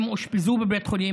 הם אושפזו בבית חולים.